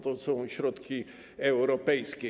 To są środki europejskie.